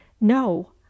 no